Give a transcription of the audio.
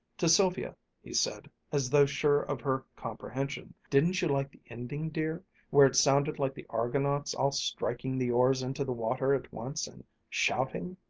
to sylvia he said, as though sure of her comprehension, didn't you like the ending, dear where it sounded like the argonauts all striking the oars into the water at once and shouting?